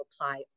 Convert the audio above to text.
apply